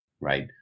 right